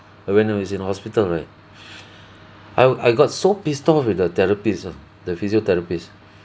when I was in hospital right I w~ I got so pissed off with the therapists ah the physiotherapist